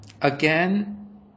again